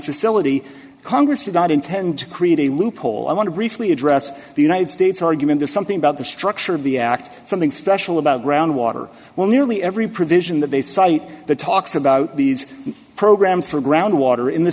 facility congress did not intend to create a loophole i want to briefly address the united states argument or something about the structure of the act something special about groundwater well nearly every provision that they cite the talks about these programs for groundwater in the